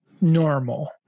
normal